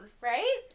right